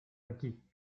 aquí